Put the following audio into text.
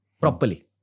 properly